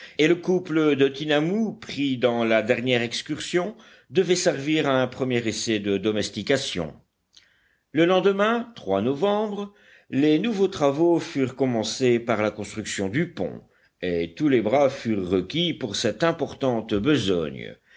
et le couple de tinamous pris dans la dernière excursion devait servir à un premier essai de domestication le lendemain novembre les nouveaux travaux furent commencés par la construction du pont et tous les bras furent requis pour cette importante besogne